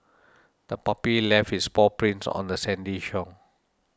the puppy left its paw prints on the sandy shore